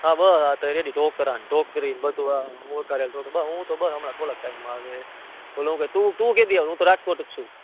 હા બ રેડી ઢોકરાને ઢોકરીને બધુ આ વઘાળેલ હું તો બસ હમણાં થોળાક ટાઈમમાં હવે ઓલો હુકે તું તું કેદી આવશો હું તો રાજકોટ જ છું